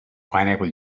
pineapple